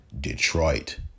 Detroit